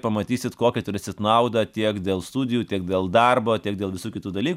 pamatysit kokią turėsit naudą tiek dėl studijų tiek dėl darbo tiek dėl visų kitų dalykų